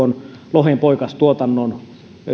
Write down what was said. lohen poikastuotannon